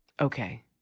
Okay